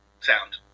sound